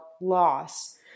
loss